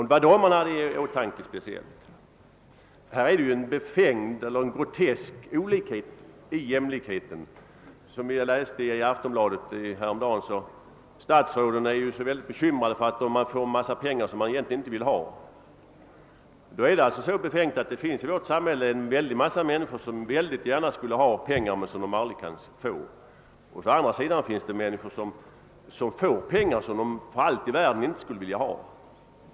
Där kan man finna groteska skillnader i jämlikhet. Häromdagen läste jag i Aftonbladet att statsråden är så bekymrade över att de skall få en stor summa pengar som de inte vill ha. Det är ju befängt att det i samhället finns en stor mängd människor som mycket gärna vill ha pengar som de aldrig kan få, samtidigt som andra människor får pengar som de för allt i världen inte vill ha.